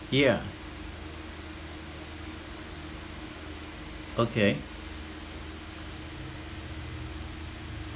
yeah okay